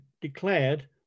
declared